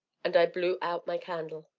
and i blew out my candle.